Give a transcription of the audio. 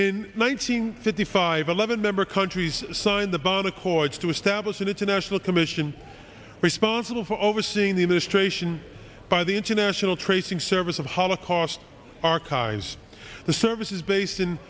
hundred fifty five eleven member countries signed the bond accords to establish an international commission responsible for overseeing the administration by the international tracing service of holocaust archives the service is based in